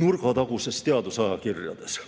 nurgataguses teadusajakirjas,